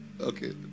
Okay